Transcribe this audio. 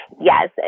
Yes